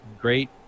great